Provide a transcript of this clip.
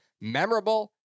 memorable